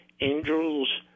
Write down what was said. angels